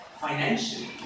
financially